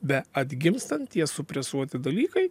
beatgimstant tie supresuoti dalykai